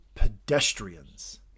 pedestrians